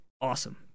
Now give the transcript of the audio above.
awesome